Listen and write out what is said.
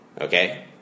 Okay